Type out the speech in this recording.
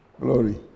Glory